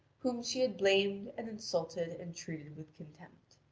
whom she had blamed and insulted and treated with contempt.